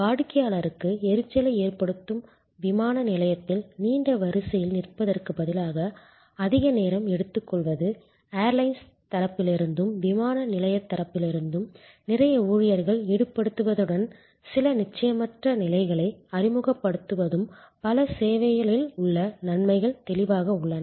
வாடிக்கையாளருக்கு எரிச்சலை ஏற்படுத்தும் விமான நிலையத்தில் நீண்ட வரிசையில் நிற்பதற்குப் பதிலாக அதிக நேரம் எடுத்துக்கொள்வது ஏர்லைன்ஸ் தரப்பிலிருந்தும் விமான நிலையத் தரப்பிலிருந்தும் நிறைய ஊழியர்களை ஈடுபடுத்துவதுடன் சில நிச்சயமற்ற நிலைகளை அறிமுகப்படுத்துவதும் பல சேவைகளில் உள்ள நன்மைகள் தெளிவாக உள்ளன